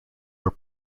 were